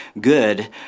good